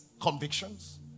convictions